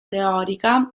teorica